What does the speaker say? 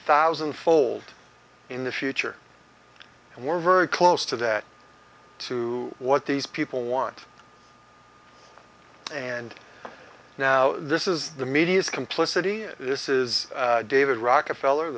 thousand fold in the future and we're very close to that to what these people want and now this is the media's complicity and this is david rockefeller